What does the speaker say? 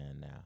now